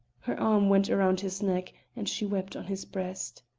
her arm went round his neck, and she wept on his breast.